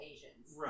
Asians